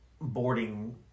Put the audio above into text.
boarding